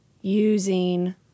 using